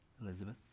Elizabeth